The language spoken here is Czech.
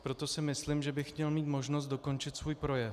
Proto si myslím, že bych měl mít možnost dokončit svůj projev.